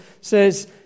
says